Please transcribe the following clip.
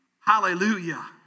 Hallelujah